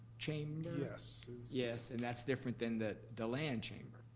chamber? yes. yes, and that's different than the deland chamber.